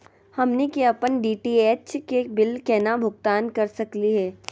हमनी के अपन डी.टी.एच के बिल केना भुगतान कर सकली हे?